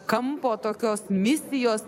kampo tokios misijos